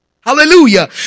Hallelujah